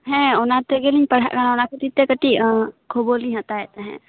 ᱦᱮᱸ ᱚᱱᱟ ᱛᱮᱜᱮᱞᱤᱧ ᱯᱟᱲᱦᱟᱜ ᱠᱟᱱᱟ ᱚᱱᱟ ᱠᱷᱟᱹᱛᱤᱨ ᱛᱮ ᱠᱟᱹᱴᱤᱡ ᱟᱸᱜ ᱠᱷᱚᱵᱚᱨ ᱞᱤᱧ ᱦᱟᱛᱟᱣ ᱮᱫ ᱛᱟᱦᱮᱸᱫ